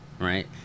right